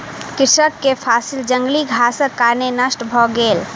कृषक के फसिल जंगली घासक कारणेँ नष्ट भ गेल